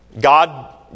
God